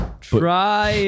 Try